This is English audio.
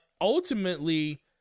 ultimately